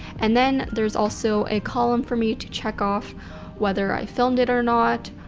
and then there's also a column for me to check off whether i filmed it or not,